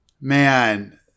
Man